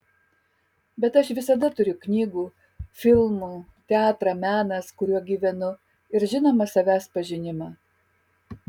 bet aš visada turiu knygų filmų teatrą menas kuriuo gyvenu ir žinoma savęs pažinimą